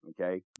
okay